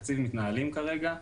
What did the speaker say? דיוני התקציב מתנהלים כרגע.